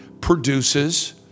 produces